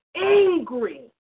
angry